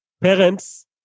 Parents